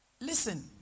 listen